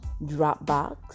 dropbox